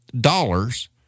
dollars